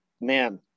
man